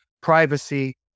Privacy